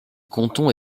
canton